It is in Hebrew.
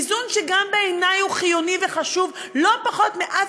איזון שגם בעיני הוא חיוני וחשוב לא פחות מאף